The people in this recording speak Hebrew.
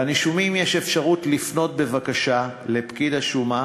לנישומים יש אפשרות לפנות בבקשה לפקיד השומה